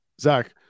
Zach